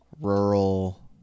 rural